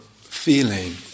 feeling